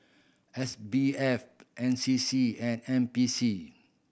S B F N C C and N P C